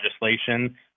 legislation